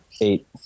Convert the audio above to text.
Eight